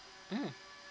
mm